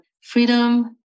Freedom